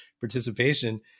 participation